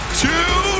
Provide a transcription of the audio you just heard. two